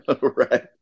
Right